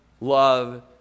love